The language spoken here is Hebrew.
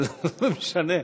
אבל לא משנה.